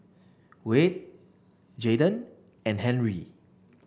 Wayde Jaiden and Henri